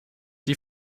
die